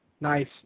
Nice